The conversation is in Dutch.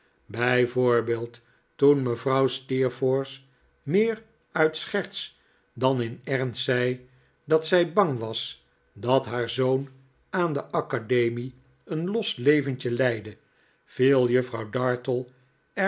bij voorbeeld toen mevrouw steerforth meer uit scherts dan in e'rnst zei dat zij bang was dat haar zoon aan de academie een los leventje leidde viel juffrouw dartle